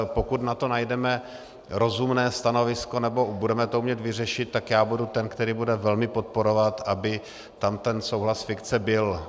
Pokud na to najdeme rozumné stanovisko nebo to budeme umět vyřešit, tak já budu ten, který bude velmi podporovat, aby tam ten souhlas fikce byl.